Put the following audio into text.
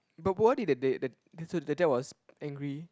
but what if the day the so the dad was angry